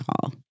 call